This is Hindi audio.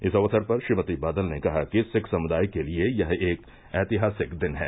इस अवसर पर श्रीमती बादल ने कहा कि सिख समुदाय के लिए यह एक ऐतिहासिक दिन है